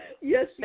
Yes